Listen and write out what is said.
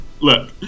Look